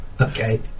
Okay